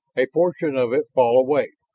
a portion of it fall away.